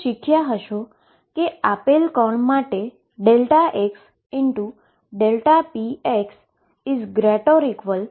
તમે શીખ્યા હશો કે કે આપેલ પાર્ટીકલ માટે xΔpx2 થાય છે